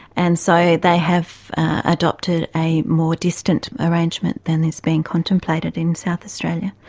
and so they have adopted a more distant arrangement than has been contemplated in south australia.